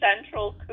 Central